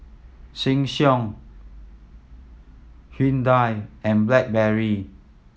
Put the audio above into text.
Sheng Siong Hyundai and Blackberry